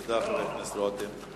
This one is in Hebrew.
תודה, חבר הכנסת רותם.